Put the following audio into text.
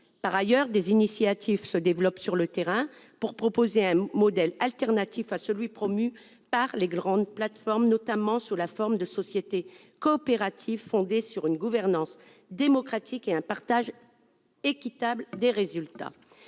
Par ailleurs, des initiatives se développent sur le terrain pour proposer un modèle alternatif à celui que promeuvent les grandes plateformes. Elles prennent notamment la forme de sociétés coopératives fondées sur une gouvernance démocratique et un partage équitable des résultats.